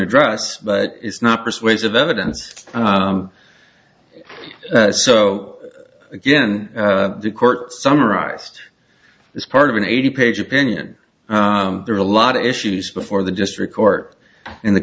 address but it's not persuasive evidence so again the court summarized it's part of an eighty page opinion there are a lot of issues before the district court in the